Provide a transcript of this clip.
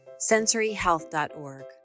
sensoryhealth.org